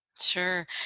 sure